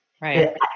right